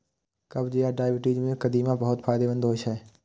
कब्ज आ डायबिटीज मे कदीमा बहुत फायदेमंद होइ छै